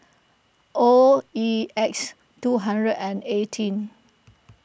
O E X two hundred and eighteen